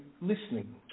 listening